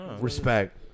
Respect